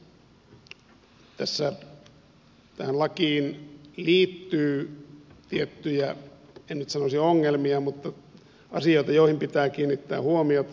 tähän lakiin liittyy tiettyjä en nyt sanoisi ongelmia mutta asioita joihin pitää kiinnittää huomiota